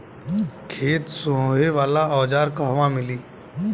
खेत सोहे वाला औज़ार कहवा मिली?